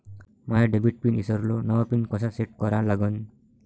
माया debit pin ईसरलो, नवा pin कसा सेट करा लागन?